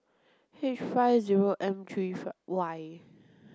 H five zero M three five Y